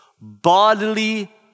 bodily